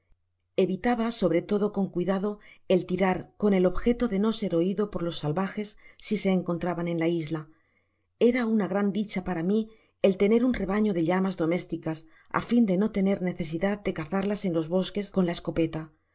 evitaba sobre todo con cuidado el tirar con el objeto de no ser oido por los salvajes si se encontraban en la isla era una gran dicha para mi el tener un rebano de llamas domesticas á fin de no tener necesidad de cazarlas en los bosques con la escopeta no